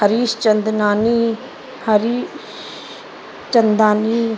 Harish Chandnani Harish Chandani